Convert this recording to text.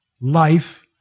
life